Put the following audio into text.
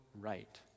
right